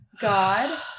God